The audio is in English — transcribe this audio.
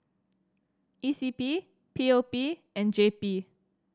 E C P P O P and J P